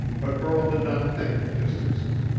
but burl did not think of distances.